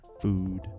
food